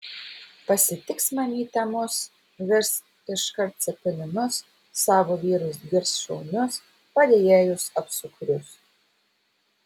pasitiks mamytė mus virs iškart cepelinus savo vyrus girs šaunius padėjėjus apsukrius